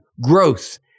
growth